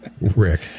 Rick